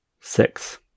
Six